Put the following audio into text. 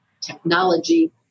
technology